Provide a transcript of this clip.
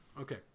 okay